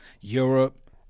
Europe